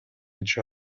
each